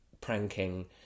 pranking